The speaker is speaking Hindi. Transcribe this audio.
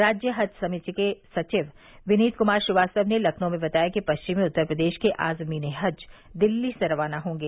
राज्य हज समिति के सचिव विनीत कुमार श्रीवास्तव ने लखनऊ में बताया कि पश्चिमी उत्तर प्रदेश के आजमीन ए हज दिल्ली से रवाना होंगे